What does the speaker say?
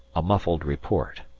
a muffled report,